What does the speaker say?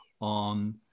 on